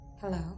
Hello